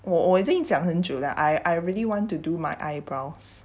我我已近讲很久了 I really want to do my eyebrows